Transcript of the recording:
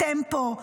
טמפו,